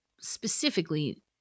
specifically